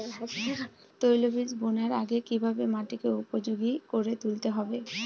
তৈলবীজ বোনার আগে কিভাবে মাটিকে উপযোগী করে তুলতে হবে?